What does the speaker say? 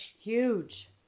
Huge